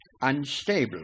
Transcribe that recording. unstable